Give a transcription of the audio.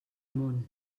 món